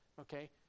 okay